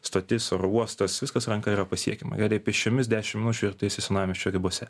stotis oro uostas viskas ranka yra pasiekiama pėsčiomis dešimt minučių ir tu esi senamiesčio ribose